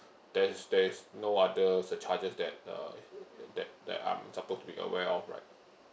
there is there is no other charges that uh that that I'm supposed to be aware of right